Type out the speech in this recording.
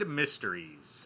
mysteries